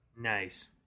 Nice